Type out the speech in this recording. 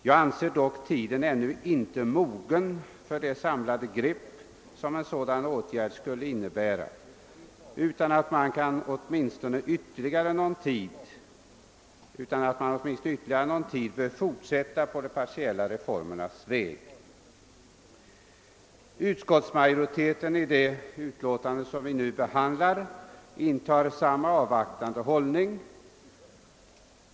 Jag anser dock att tiden ännu inte är mogen för det samlade grepp som en sådan åtgärd skulle innebära utan att man åtminstone ytterligare någon tid bör fortsätta på de partiella reformernas väg.» Utskottsmajoriteten intar samma avvaktande hållning i det utlåtande vi nu behandlar.